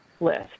list